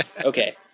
Okay